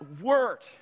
word